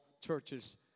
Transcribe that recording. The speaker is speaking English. churches